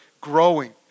growing